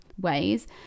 ways